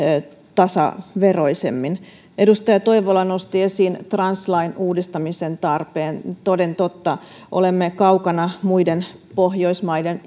tasaveroisemmin edustaja toivola nosti esiin translain uudistamisen tarpeen toden totta olemme kaukana muiden pohjoismaiden